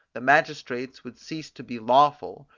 the magistrates would cease to be lawful,